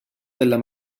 della